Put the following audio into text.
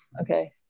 okay